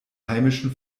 heimischen